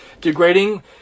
degrading